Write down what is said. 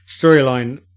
storyline